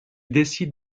décide